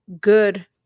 good